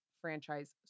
franchise